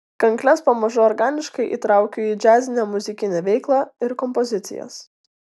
kankles pamažu organiškai įtraukiu į džiazinę muzikinę veiklą ir kompozicijas